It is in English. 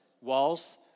Walls